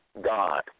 God